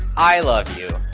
i love you,